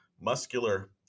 muscular